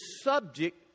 subject